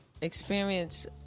experience